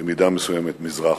במידה מסוימת מזרחה.